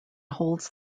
holds